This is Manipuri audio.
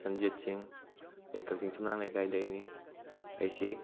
ꯁꯟꯖꯤꯠ ꯁꯤꯡ ꯑꯩ ꯀꯛꯆꯤꯡ ꯆꯨꯝꯅꯥꯡ ꯂꯩꯀꯥꯏꯗꯒꯤꯅꯤ ꯑꯩꯁꯤ